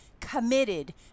committed